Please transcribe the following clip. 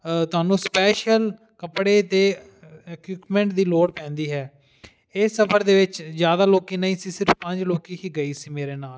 ਤੁਹਾਨੂੰ ਸਪੈਸ਼ਲ ਕੱਪੜੇ ਅਤੇ ਇਕਿਪਮੈਂਟ ਦੀ ਲੋੜ ਪੈਂਦੀ ਹੈ ਇਹ ਸਫਰ ਦੇ ਵਿੱਚ ਜ਼ਿਆਦਾ ਲੋਕ ਨਹੀਂ ਸੀ ਸਿਰਫ ਪੰਜ ਲੋਕ ਹੀ ਗਏ ਸੀ ਮੇਰੇ ਨਾਲ